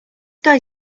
guy